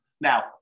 Now